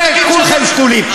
כולכם שתולים.